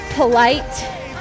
Polite